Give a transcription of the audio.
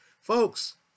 Folks